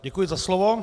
Děkuji za slovo.